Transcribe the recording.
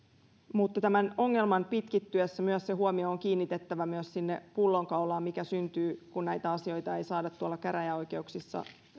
mutta tämän ongelman pitkittyessä myös se huomio on kiinnitettävä sinne pullonkaulaan mikä syntyy kun näitä asioita ei saada tuolla käräjäoikeuksissa